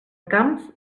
camps